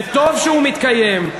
וטוב שהוא מתקיים,